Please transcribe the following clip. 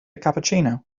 cappuccino